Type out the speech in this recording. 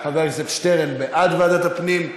חבר הכנסת שטרן בעד ועדת הפנים,